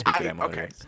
okay